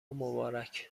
مبارک